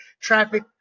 traffic